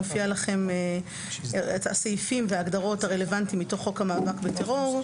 מופיע לכם הסעיפים וההגדרות הרלוונטיות מתוך חוק המאבק בטרור.